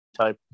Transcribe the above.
type